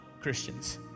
Christians